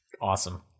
awesome